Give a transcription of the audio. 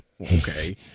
Okay